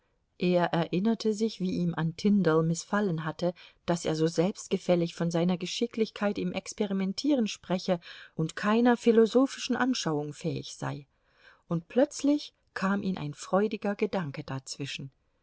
er erinnerte sich wie ihm an tyndall mißfallen hatte daß er so selbstgefällig von seiner geschicklichkeit im experimentieren spreche und keiner philosophischen anschauung fähig sei und plötzlich kam ihm ein freudiger gedanke dazwischen